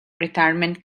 retirement